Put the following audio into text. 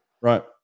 right